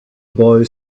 boy